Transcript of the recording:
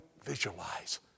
visualize